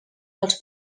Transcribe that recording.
els